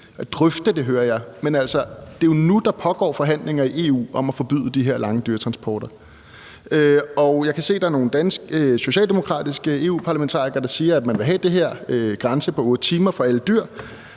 – drøfte det, hører jeg – men altså, det er jo nu, der pågår forhandlinger i EU om at forbyde de her lange dyretransporter. Og jeg kan se, at der er nogle socialdemokratiske EU-parlamentarikere, der siger, at man vil have den her grænse på 8 timer for alle dyr.